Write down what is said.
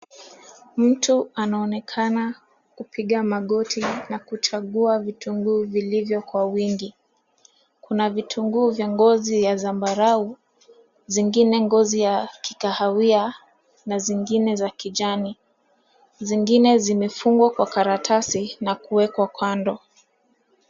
Mtu anaonekana kupiga magoti na kuchagua vitunguu vilivyo kwa wingi. Kuna vitunguu vya ngozi ya zambarau. Zingine ngozi ya kikahawia na zingine za kijani. Zingine zimefungwa kwa karatasi nakuwekwa kando.